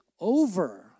over